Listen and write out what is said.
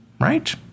right